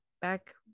back